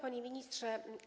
Panie Ministrze!